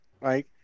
right